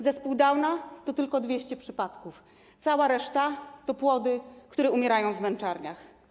Zespół Downa to tylko 200 przypadków, cała reszta to płody, które umierają w męczarniach.